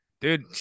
Dude